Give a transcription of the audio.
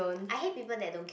I hate people that don't queue